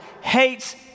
hates